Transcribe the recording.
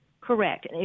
Correct